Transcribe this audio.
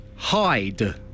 Hide